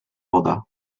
woda